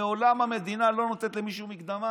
לעולם המדינה לא נותנת למישהו מקדמה,